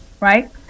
right